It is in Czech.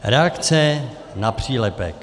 Reakce na přílepek.